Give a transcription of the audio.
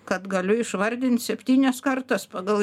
kad galiu išvardint septynias kartas pagal